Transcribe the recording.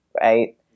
Right